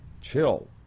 Chill